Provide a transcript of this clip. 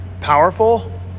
powerful